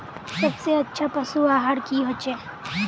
सबसे अच्छा पशु आहार की होचए?